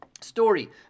story